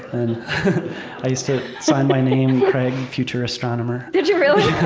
and i used to sign my name craig, future astronomer. did you really? yeah.